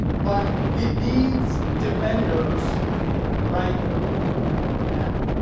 but it needs defenders right now